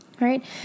right